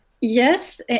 yes